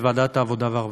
לוועדת העבודה והרווחה.